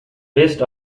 based